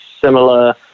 similar